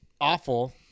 awful